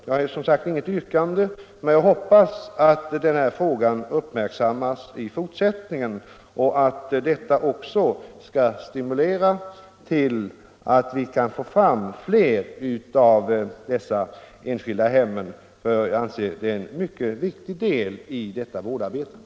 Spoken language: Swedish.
Jag har, som sagt, inget särskilt yrkande, men jag hoppas att den här frågan uppmärksammas i fortsättningen och att vi på det sättet skall kunna få fram fler av dessa enskilda hem för familjevård. De är nämligen en mycket viktig del i vårdarbetet.